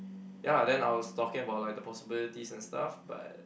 ya then I was talking about like the possibilities and stuff but